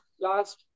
last